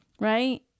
right